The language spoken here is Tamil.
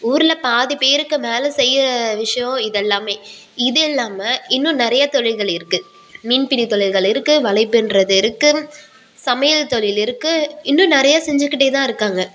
ஊரில் பாதி பேருக்கு மேல் செய்கிற விஷயம் இது எல்லாம் இது இல்லாமல் இன்னும் நிறைய தொழில்கள் இருக்குது மீன் பிடி தொழில்கள் இருக்குது வலை பின்னுறது இருக்குது சமையல் தொழில் இருக்குது இன்னும் நிறைய செஞ்சுக்கிட்டே தான் இருக்காங்க